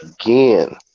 again